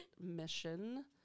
mission